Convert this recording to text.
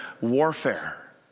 warfare